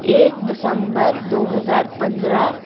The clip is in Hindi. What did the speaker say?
एक दिसम्बर दो हज़ार पन्द्रह